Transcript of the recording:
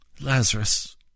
Lazarus